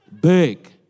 Big